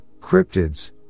cryptids